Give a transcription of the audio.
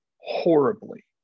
horribly